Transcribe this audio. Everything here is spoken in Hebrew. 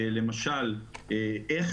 למשל איך